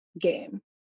game